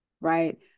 right